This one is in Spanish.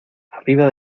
arriba